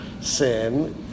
sin